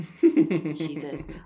Jesus